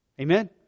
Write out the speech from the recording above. Amen